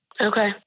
Okay